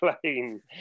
plane